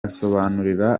asobanurira